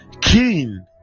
king